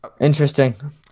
Interesting